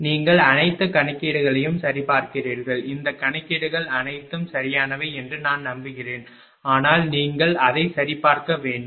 நீங்கள் அனைத்து கணக்கீடுகளையும் சரிபார்க்கிறீர்கள் இந்த கணக்கீடுகள் அனைத்தும் சரியானவை என்று நான் நம்புகிறேன் ஆனால் நீங்கள் அதை சரிபார்க்க வேண்டும்